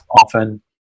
often